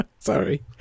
sorry